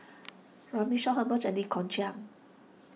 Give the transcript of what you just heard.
Runme Shaw Herman and Lee Kong Chian